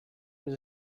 was